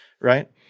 right